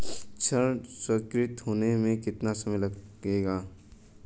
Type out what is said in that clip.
ऋण स्वीकृत होने में कितना समय लगेगा?